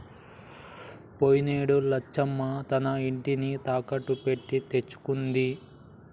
పోయినేడు లచ్చమ్మ తన ఇంటిని తాకట్టు పెట్టి తెచ్చుకుంది